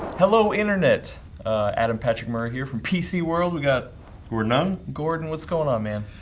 hello internet adam patrick murray here from pc world we got we're none gordon. what's going on man.